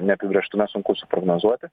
neapibrėžtume sunku suprognozuoti